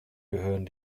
gehören